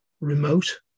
remote